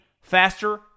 faster